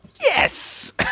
Yes